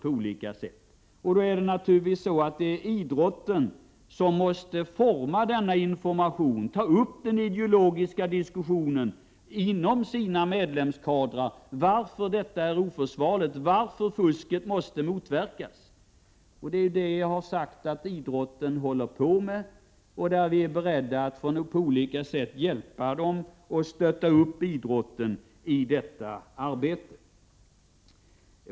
Då måste naturligtvis idrotten utforma informationen, ta upp den ideologiska diskussionen inom sina medlemskadrar. Idrottsrörelsen måste själv diskutera varför detta är oförsvarligt, varför fusket måste motverkas. Jag har sagt att idrotten håller på med detta, och att vi är beredda att på olika sätt hjälpa och stötta idrottsrörelsen i detta arbete.